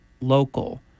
local